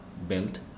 belt